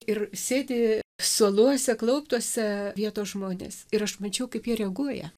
ir sėdi suoluose klauptuose vietos žmonės ir aš mačiau kaip jie reaguoja